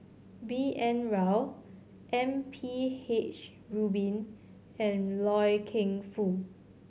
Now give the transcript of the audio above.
B N Rao M P H Rubin and Loy Keng Foo